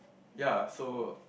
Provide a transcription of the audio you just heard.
ya so